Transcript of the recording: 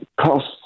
costs